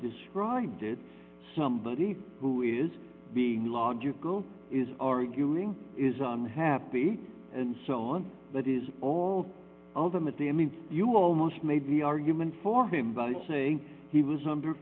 did somebody who is being logical is arguing is unhappy and so on that is all ultimately i mean you almost made the argument for him by saying he was under